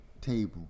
table